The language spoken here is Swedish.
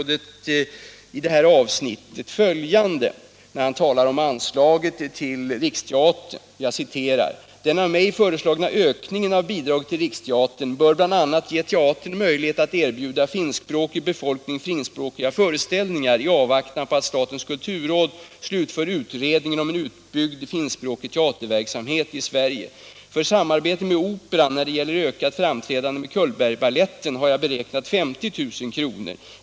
Där säger nämligen statsrådet så här, när han talar om anslaget till Riksteatern: ”Den av mig föreslagna ökningen av bidraget till Riksteatern bör bl.a. ge teatern möjlighet att erbjuda finskspråkig befolkning finskspråkiga föreställningar i avvaktan på att statens kulturråd slutför utredningen om en utbyggd finskspråkig teaterverksamhet i Sverige. För samarbete med Operan när det gäller ökat framträdande med Cullbergbaletten har jag beräknat 50000 kr.